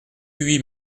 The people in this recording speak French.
huit